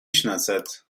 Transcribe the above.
شناسد